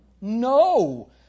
No